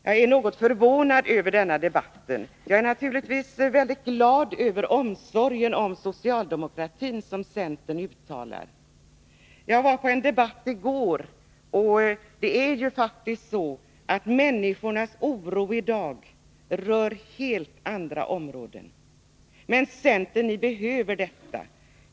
Jag är något förvånad över denna debatt, även om jag naturligtvis är glad över den omsorg om socialdemokratin som centern uttalar. Jag var på en debatt i går och fick då bekräftat att människornas oro i dag rör helt andra områden. Men ni i centern behöver detta.